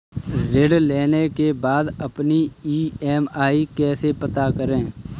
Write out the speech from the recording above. ऋण लेने के बाद अपनी ई.एम.आई कैसे पता करें?